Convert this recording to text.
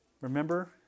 Remember